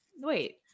wait